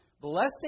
blessing